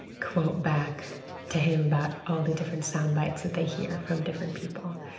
quote back to him about all the different sound bites that they hear from different people.